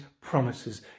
promises